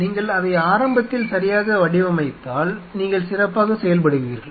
நீங்கள் அதை ஆரம்பத்தில் சரியாக வடிவமைத்தால் நீங்கள் சிறப்பாக செயல்படுவீர்கள்